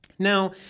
Now